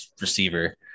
receiver